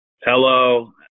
hello